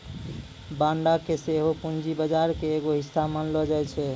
बांडो के सेहो पूंजी बजार के एगो हिस्सा मानलो जाय छै